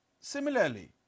similarly